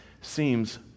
seems